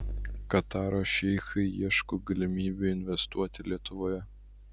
kataro šeichai ieško galimybių investuoti lietuvoje